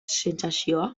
sentsazioa